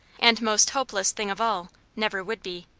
and most hopeless thing of all, never would be.